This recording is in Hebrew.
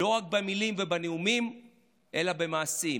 לא רק במילים ובנאומים אלא במעשים.